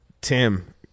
Tim